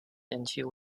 into